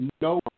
No